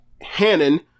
Hannon